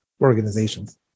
organizations